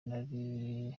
nari